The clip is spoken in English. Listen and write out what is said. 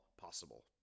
possible